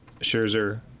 Scherzer